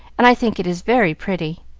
and i think it is very pretty.